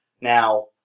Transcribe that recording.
Now